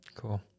Cool